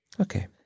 Okay